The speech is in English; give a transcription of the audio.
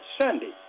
Sunday